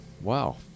wow